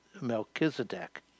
Melchizedek